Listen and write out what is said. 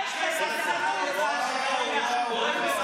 תתבייש בגזענות,